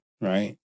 Right